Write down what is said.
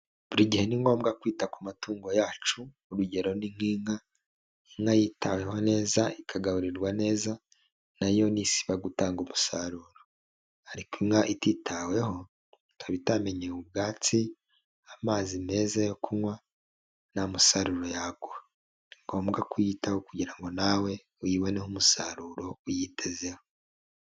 Buri gihe ni ngombwa kwita ku matungo yacu urugero; ni nk'inka, inka yitaweho neza, ikagaburirwa neza nayo ntisiba gutanga umusaruro ariko inka ititaweho, ikaba itamenyewe ubwatsi, amazi meza yo kunywa nta musaruro yaguha, ni ngombwa kuyitaho kugira ngo nawe uyiboneho umusaruro uyitezeho.